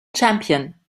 champion